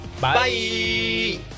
Bye